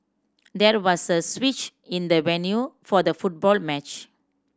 there was a switch in the venue for the football match